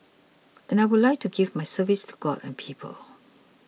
and I would like to give my service to God and people